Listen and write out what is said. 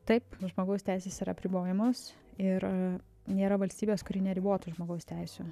taip žmogaus teisės yra apribojamos ir nėra valstybės kuri neribotų žmogaus teisių